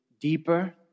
deeper